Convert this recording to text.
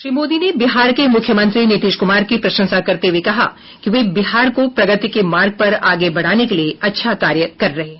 श्री मोदी ने बिहार के मुख्यमंत्री नीतिश कुमार की प्रशंसा करते हुए कहा कि वे बिहार को प्रगति के मार्ग पर आगे बढ़ाने के लिए अच्छा कार्य कर रहे हैं